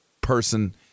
person